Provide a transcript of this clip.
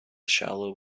shallow